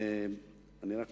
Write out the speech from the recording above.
אני רק